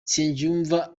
nsengiyumva